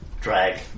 drag